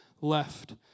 left